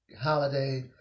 holiday